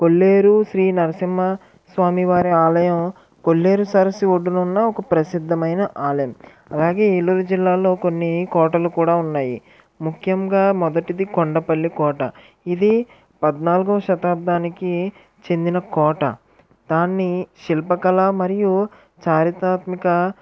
కొల్లేరు శ్రీ నరసింహస్వామి వారి ఆలయం కొల్లేరు సరస్సు ఒడ్డున ఉన్న ఒక ప్రసిద్ధమైన ఆలయం అలాగే ఏలూరు జిల్లాలో కొన్ని కోటలు కూడా ఉన్నాయి ముఖ్యంగా మొదటిది కొండపల్లి కోట ఇది పద్నాల్గవ శతబ్దానికి చెందిన కోట దాన్ని శిల్పకళ మరియు చారిత్రాత్మక